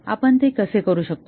आपण ते कसे करू शकतो